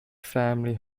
family